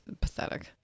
Pathetic